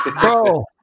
Bro